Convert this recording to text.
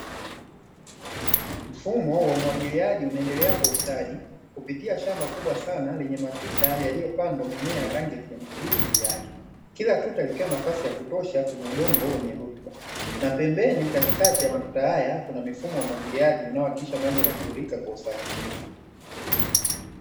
Mfumo wa umwagiliaji unaendelea kwa ustadi kupitia shamba kubwa sana lenye matuta yaliyopandwa mimea ya rangi kijani kibichi juu yake, Kila tuta likiwa na nafasi ya kutosha kwenye udongo wenye rutuba na pembeni katikati ya matuta haya kuna mifumo inayohakikisha maji yanamwagika kwa usahihi.